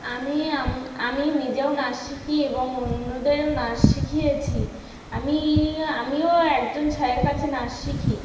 আমি আমি নিজেও নাচ শিখি এবং অন্যদেরও নাচ শিখিয়েছি আমিই আমিও একজন স্যারের কাছে নাচ শিখি